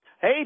Hey